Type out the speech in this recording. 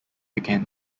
began